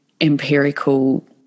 empirical